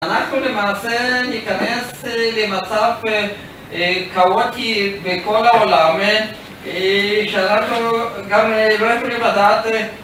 אנחנו למעשה ניכנס למצב קאוטי בכל העולם שאנחנו גם לא יכולים לדעת